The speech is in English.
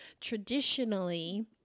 traditionally